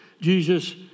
Jesus